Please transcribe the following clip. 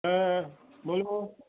হ্যাঁ বলুন